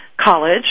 college